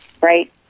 right